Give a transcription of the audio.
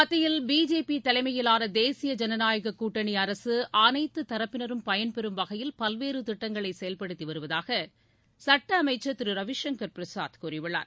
மத்தியில் பிஜேபி தலைமையிலான தேசிய ஜனநாயக கூட்டணி அரசு அனைத்து தரப்பினரும் பயன்பெறும் வகையில் பல்வேறு திட்டங்களை செயல்படுத்தி வருவதாக சுட்ட அமைச்சர் திரு ரவிசங்கர் பிரசாத் கூறியுள்ளார்